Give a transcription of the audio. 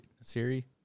Siri